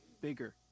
bigger